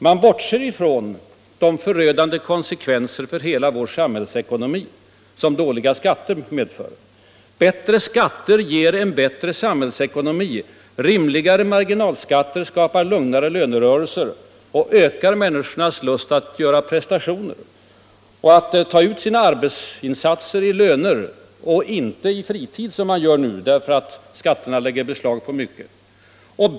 Han bortser från de förödande konsekvenser för hela vår samhällsekonomi som dåliga skatter medför. Bättre skatter ger en bättre samhällsekonomi. Rimligare marginalskatter skapar lugnare lönerörelser och ökar människornas lust att göra prestationer samt stimulerar till uttag av ersättning för arbetsinsatserna i form av löner i stället för i fritid som nu sker, eftersom skatterna lägger beslag på en så stor del av pengarna.